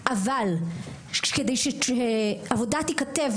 לחמ"ד וכו', זה השינוי האבולוציוני המתבקש.